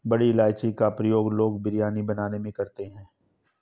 बड़ी इलायची का प्रयोग लोग बिरयानी बनाने में करते हैं